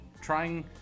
Trying